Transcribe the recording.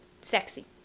sexy